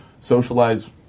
socialize